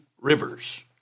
rivers